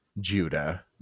Judah